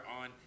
on